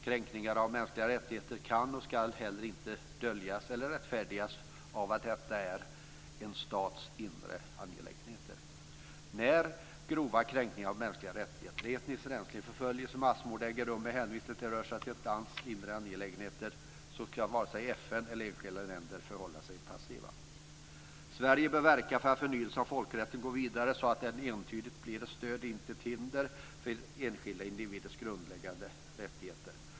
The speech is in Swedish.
Kränkningar av mänskliga rättigheter kan och ska heller inte längre döljas eller rättfärdigas av att detta är en stats inre angelägenheter. När grova kränkningar av mänskliga rättigheter, etnisk rensning, förföljelse och massmord äger rum med hänvisning till att det rör sig om ett lands inre angelägenheter kan inte vare sig FN eller enskilda länder förhålla sig passiva. Sverige bör verka för att förnyelsen av folkrätten går vidare så att den entydigt blir ett stöd, inte ett hinder, för enskilda individers grundläggande rättigheter.